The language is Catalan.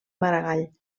maragall